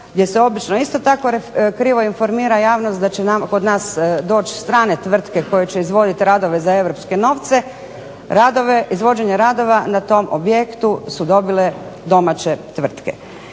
gdje se obično isto tako krivo informira javnost da će kod nas doći strane tvrtke koje će izvoditi radove za europske novce. Izvođenje radova na tom objektu su dobile domaće tvrtke.